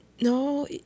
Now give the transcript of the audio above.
No